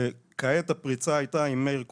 וכעת הפריצה הייתה עם מאיר כהן,